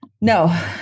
no